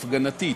הפגנתית.